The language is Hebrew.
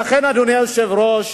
אדוני היושב-ראש,